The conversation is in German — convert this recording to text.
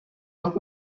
und